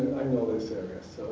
i know the service